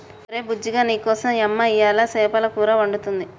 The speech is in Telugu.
ఒరే బుజ్జిగా నీకోసం యమ్మ ఇయ్యలు సేపల కూర వండుతుంది